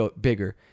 bigger